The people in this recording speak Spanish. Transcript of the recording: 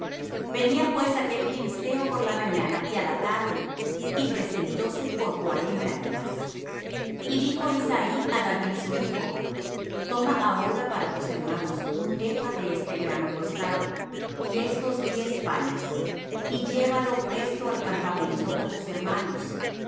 venía pues aquel filisteo por la mañana y á la tarde y presentóse por cuarenta días y dijo isaí á david su hijo toma ahora para tus hermanos un epha de este grano tostado y estos diez panes y llévalo presto al campamento á tus hermanos